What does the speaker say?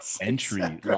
entry